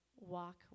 walk